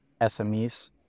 SMEs